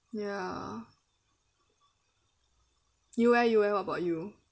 ya you eh you eh what about you